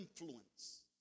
influence